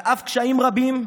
על אף קשיים רבים,